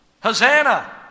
Hosanna